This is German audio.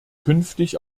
künftig